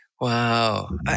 Wow